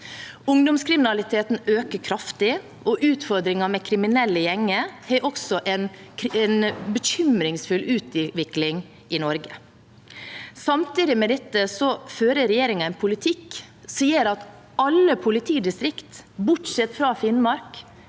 Ungdomskriminaliteten øker kraftig, og utfordringen med kriminelle gjenger har også en bekymringsfull utvikling i Norge. Samtidig med dette fører regjeringen en politikk som gjør at alle politidistrikt, bortsett fra Finnmark,